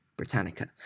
Britannica